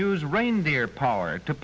use reindeer power to